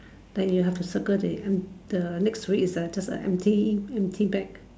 that you have to circle the uh the next to it is a just a empty empty bag